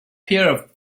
pair